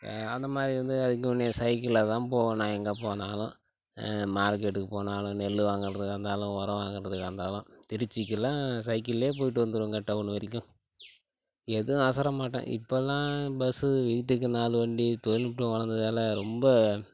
அந்தமாதிரி வந்து அதுக்கு முன்னே சைக்கிளில் தான் போவேன் நான் எங்கே போனாலும் மார்க்கெட்டுக்கு போனாலும் நெல் வாங்குகிறதுக்கா இருந்தாலும் உரம் வாங்குகிறதுக்கா இருந்தாலும் திருச்சிக்கெல்லாம் சைக்கிள்லேயே போய்ட்டு வந்துடுவோங்க டவுன் வரைக்கும் எதுவும் அசரமாட்டேன் இப்போலாம் பஸ்ஸு வீட்டுக்கு நாலு வண்டி தொழில்நுட்பம் வளர்ந்ததால ரொம்ப